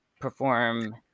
perform